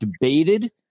debated